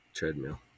Treadmill